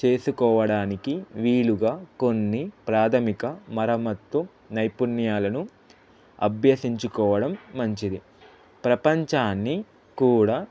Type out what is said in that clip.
చేసుకోవడానికి వీలుగా కొన్ని ప్రాథమిక మరమతు నైపుణ్యాలను అభ్యసించుకోవడం మంచిది ప్రపంచాన్ని కూడా